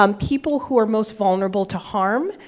um people who are most vulnerable to harm,